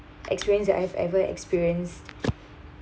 experience that I've ever experienced